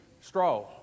straw